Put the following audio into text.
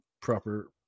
proper